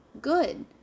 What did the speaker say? Good